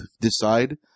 decide